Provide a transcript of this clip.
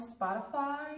Spotify